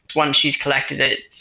once she's collected it,